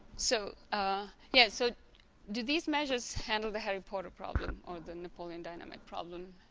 so ah yeah so do these measures handle the harry potter problem or the napoleon dynamite problem